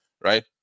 right